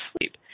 sleep